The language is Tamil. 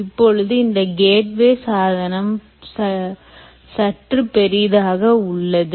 இப்பொழுது இந்த கேட்வே சாதனம் சற்று பெரியதாக உள்ளது